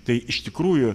tai iš tikrųjų